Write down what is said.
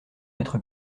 mettre